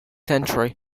century